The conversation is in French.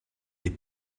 des